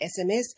sms